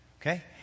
Okay